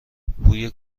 بوی